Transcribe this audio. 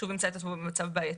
שוב ימצא את עצמו במצב בעייתי.